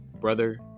brother